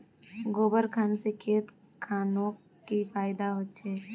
गोबर खान से खेत खानोक की फायदा होछै?